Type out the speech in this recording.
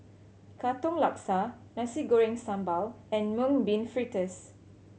Katong Laksa Nasi Goreng Sambal and Mung Bean Fritters